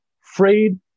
frayed